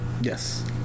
Yes